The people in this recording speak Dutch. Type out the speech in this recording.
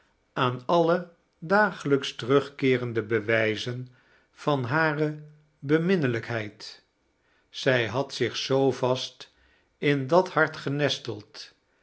aan alle dagelijks terugkeerende bewijzen van hare beimininelijkheid zij had zich zoo vast ki dat hart genesteld